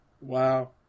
Wow